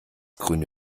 grüne